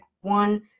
one